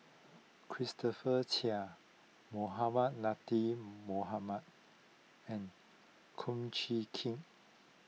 Christopher Chia Mohamed Latiff Mohamed and Kum Chee Kin